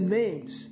names